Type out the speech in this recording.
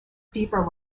fever